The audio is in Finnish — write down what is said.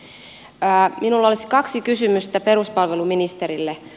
minulla olisi kaksi kysymystä peruspalveluministerille